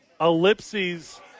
Ellipses